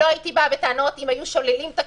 לא הייתי באה בטענות אם היו שוללים תקציבים,